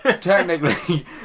technically